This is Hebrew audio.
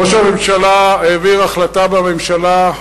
ראש הממשלה העביר החלטה בממשלה,